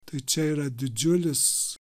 tai čia yra didžiulis